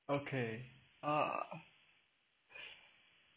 okay uh